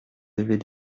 devaient